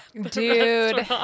Dude